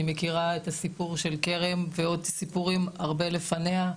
אני מכירה את הסיפור של כרם ועוד סיפורים הרבה לפניה,